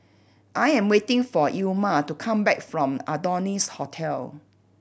I am waiting for Ilma to come back from Adonis Hotel